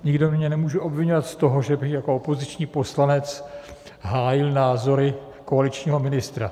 Nikdo mě nemůže obviňovat z toho, že bych jako opoziční poslanec hájil názory koaličního ministra.